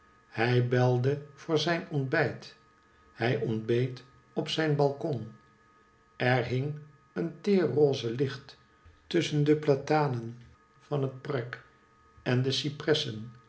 hij belde voor zijn ontbijt hij ontbeet op zijn balkon er hing een teer roze licht tusschen de platanen van het park en de